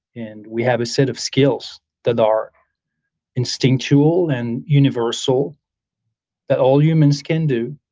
and we have a set of skills that are instinctual and universal that all humans can do,